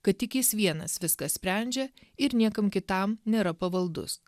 kad tik jis vienas viską sprendžia ir niekam kitam nėra pavaldus